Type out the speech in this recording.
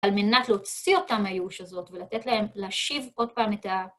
על מנת להוציא אותם מהייאוש הזאת ולתת להם להשיב עוד פעם את ה...